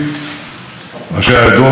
משפחות השבויים והנעדרים,